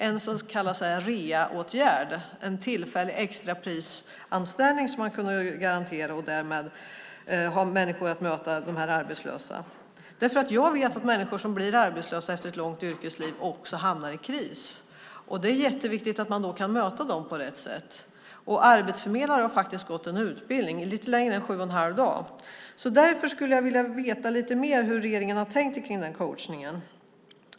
Är detta en så att säga reaåtgärd, en tillfällig extraprisanställning som man kan garantera och därmed ha människor som kan möta de arbetslösa? Jag vet att människor som blir arbetslösa efter ett långt yrkesliv också hamnar i kris, och det är jätteviktigt att man då kan möta dem på rätt sätt. Arbetsförmedlare har faktiskt gått en utbildning som är lite längre än sju och en halv dag. Därför skulle jag vilja veta lite mer om hur regeringen har tänkt om den här coachningen.